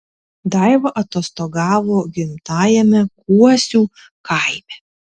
daiva atostogavo gimtajame kuosių kaime